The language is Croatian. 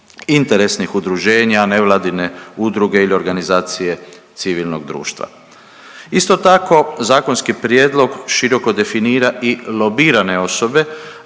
interesnih udruženja nevladine udruge ili organizacije civilnog društva. Isto tako zakonski prijedlog široko definira i lobirane osobe